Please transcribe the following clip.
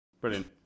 Brilliant